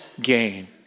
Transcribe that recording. gain